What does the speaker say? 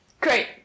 Great